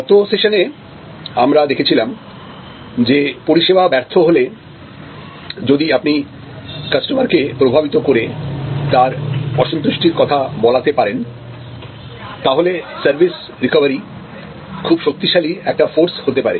গত সেশনে আমরা দেখেছিলাম যে পরিষেবা ব্যর্থ হলে যদি আপনি কাস্টমারকে প্রভাবিত করে তার অসন্তুষ্টির কথা বলাতে পারেন তাহলে সার্ভিস রিকভারি খুব শক্তিশালী একটা ফোর্স হতে পারে